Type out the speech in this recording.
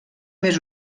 més